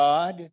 God